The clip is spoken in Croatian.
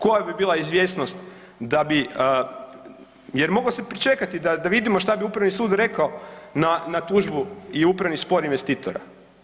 Koja bi bila izvjesnost da bi, jer moglo se pričekati da vidimo što bi upravni sud rekao na tužbu i upravni spor investitora.